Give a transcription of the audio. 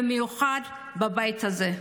ובמיוחד בבית הזה.